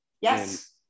Yes